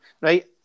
right